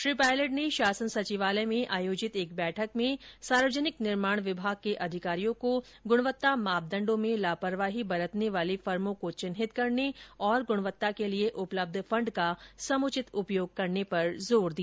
श्री पायलट ने शासन सचिवालय में आयोजित एक ॅबैठक में सार्वजनिक निर्माण विभाग के अधिकारियों को गृणवत्ता मापदण्डों में लापरवाही बरतने वाली फर्मों को चिन्हित करने और गृणवत्ता के लिए उपलब्ध फण्ड का समुचित उपयोग करने पर जोर दिया